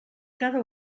cada